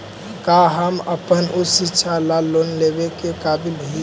का हम अपन उच्च शिक्षा ला लोन लेवे के काबिल ही?